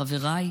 חבריי,